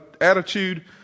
attitude